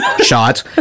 shot